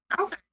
Okay